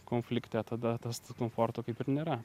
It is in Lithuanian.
konflikte tada tas komforto kaip ir nėra